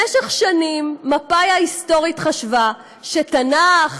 במשך שנים מפא"י ההיסטורית חשבה שתנ"ך,